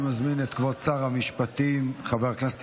אני מזמין את כבוד שר המשפטים חבר הכנסת